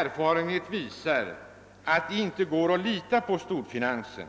erfarenhet visar att man inte kan lita på storfinansen.